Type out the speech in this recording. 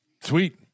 sweet